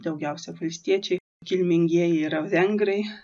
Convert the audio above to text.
daugiausiai valstiečiai kilmingieji yra vengrai